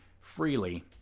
freely